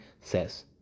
says